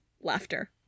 laughter